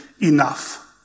enough